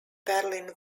berlin